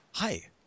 Hi